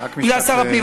בגלל שר הפנים,